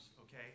okay